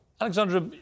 Alexandra